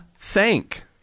thank